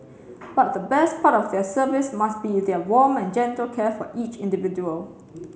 but the best part of their service must be their warm and gentle care for each individual